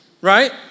right